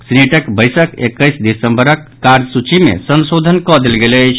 सीनेटक बैसक एक्केस दिसंबरक कार्यसूची मे संशोधन कऽ देल गेल अछि